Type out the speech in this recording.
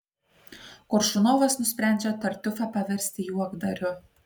koršunovas nusprendžia tartiufą paversti juokdariu